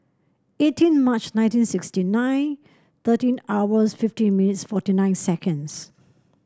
eighteen March nineteen sixty nine thirteen hours fifty minutes forty nine seconds